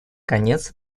конец